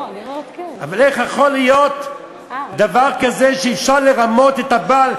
אבל איך יכול להיות דבר כזה שאפשר לרמות את הבעל,